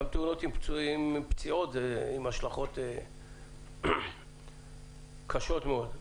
גם תאונות עם פציעות יש להן השלכות קשות מאוד,